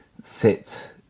sit